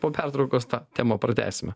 po pertraukos tą temą pratęsime